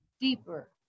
deeper